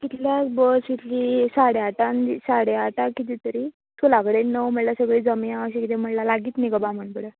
कितल्याक bus येतली साडेआठांक साडेआठाक किदें तरी स्कुला कडेन नऊ म्हटल्या सगली जमया अशें किदें म्हणला लागीत न्हू गो बामनबूडो